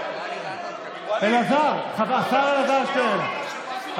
השר אלעזר שטרן.